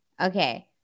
Okay